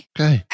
Okay